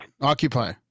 Occupy